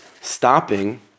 stopping